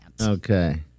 Okay